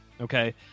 okay